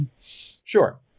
Sure